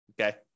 okay